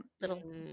little